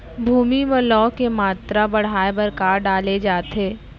भूमि मा लौह के मात्रा बढ़ाये बर का डाले जाये?